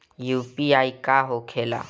UPI का होके ला?